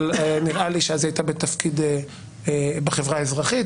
אבל נראה לי שאז היא הייתה בתפקיד בחברה האזרחית,